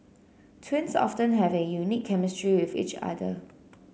twins often have a unique chemistry with each other